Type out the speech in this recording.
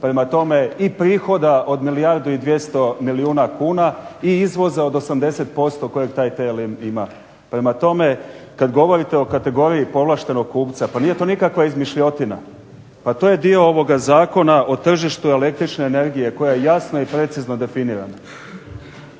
prema tome i prihoda od milijardu i 200 milijuna kuna i izvoza od 80% kojeg taj TLM ima. Prema tome, kad govorite o kategoriji povlaštenog kupca pa nije to nikakva izmišljotina, pa to je dio ovoga Zakona o tržištu električne energije koji je jasno i precizno definiran.